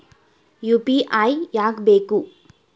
UPI ಯಾಕ್ ಬೇಕು?